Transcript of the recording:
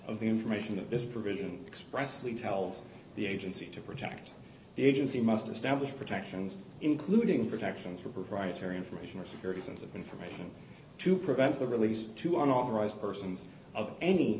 of the information that this provision expressly tells the agency to protect the agency must establish protections including protections for proprietary information or security sense of information to prevent the release to authorized persons of any